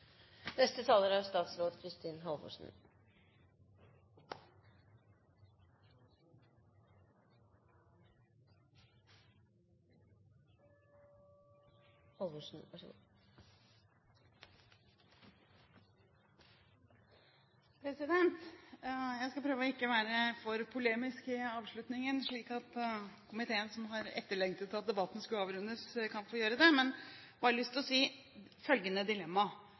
Jeg skal prøve ikke å være for polemisk i avslutningen, slik at komiteen, som har lengtet etter at debatten skulle avrundes, kan få gjøre det. Jeg har bare lyst til å gi uttrykk for følgende dilemma: